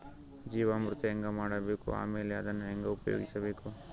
ಜೀವಾಮೃತ ಹೆಂಗ ಮಾಡಬೇಕು ಆಮೇಲೆ ಅದನ್ನ ಹೆಂಗ ಉಪಯೋಗಿಸಬೇಕು?